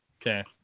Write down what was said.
Okay